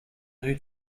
who